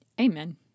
amen